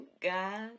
god